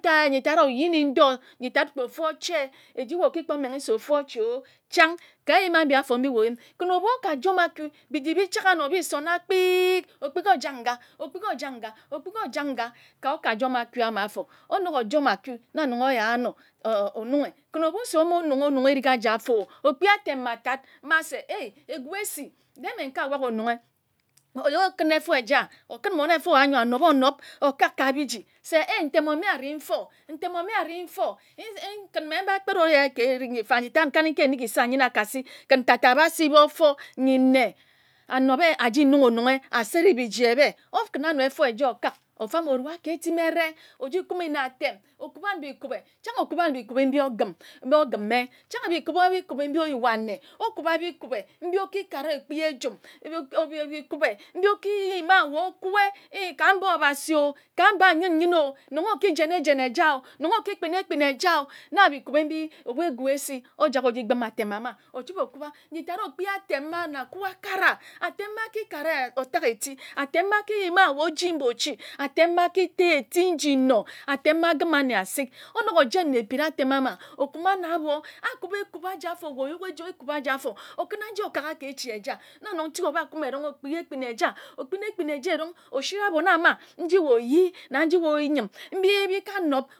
Tai nyitad oyini ndor nyitad kpe ofu oche eji wae oki kpor menghe se ofu oche o chang ka oyim abiafor mbi wae oyim kin ebu okajome aku biji eba chaka anor obi sona kpid okpiki ojak nga okpiki ojak nga okpiki ojak nga ka oka jame aku ama afor onok ojome aku na nong oyar anor ononge kin ebu se omo nonge ononge erig aji afor o okpia atem matad ma se a ega esi de mme nkawak e onong e oyo okun e efor eya nyor anob onob okak ka biji se a ntem ome areh mfor ntem ome areh mfor yin e kin mme mba kpere oya ke ere nji mfa nyitad nkanika engi sa ayine akasi ken tata abasi bor ofor nyi nne anobe aji nonge ononge asiri biji ebe okin anor efor eja okak ofume orua kke etimi ere ojikumi non atem okuban be ekube chang okuban be ekube mbi ogim bogime chang be okuban be ekube oyua nne okuba ne ekube nji okikarin ne ekpia njum mbe ekube nji ekiyima wae okuwoo a ka mba obasi o ka mba nyin nyin o nong okijen ejen eja o nong okipin ekpin eja o na be ekubi mbi ebu egu esi ojak ojigbime atem ama ochibe okuba nyitad okpia atem ma anakui akara atem ma akikara otak eti atem ma akiyima wae oji mbo-ochi atem ma aki ta eti nji nnor atem ma agima nne asik onok ojen na ekpin atem ama okuma na abor akuba ekubi abi afor wae oyuka ejore ekubi aji afor okina nji-ne okak a ke echi eja na nong tik obakumi erong okpia ekpin eja okpina ekpin eja erong osira abon ama nji wae oyi na nji wae oyim mbi bi eka nob